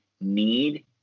need